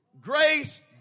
grace